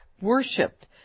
worshipped